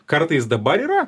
kartais dabar yra